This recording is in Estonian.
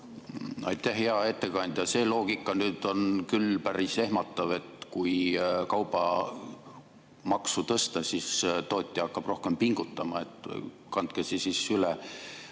Aitäh, hea ettekandja! See loogika on küll päris ehmatav, et kui kaubal maksu tõsta, siis tootja hakkab rohkem pingutama. Kandke see üle